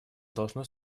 должно